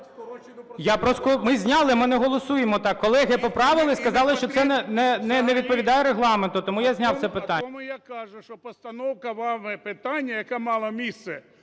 Ми зняли. Ми не голосуємо так. Колеги поправили, сказали, що це не відповідає Регламенту, тому я зняв це питання.